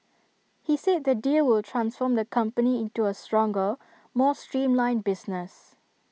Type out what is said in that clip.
he said the deal will transform the company into A stronger more streamlined business